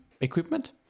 equipment